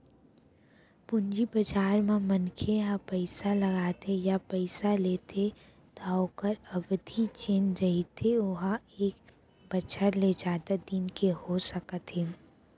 पूंजी बजार म मनखे ह पइसा लगाथे या पइसा लेथे त ओखर अबधि जेन रहिथे ओहा एक बछर ले जादा दिन के हो सकत हे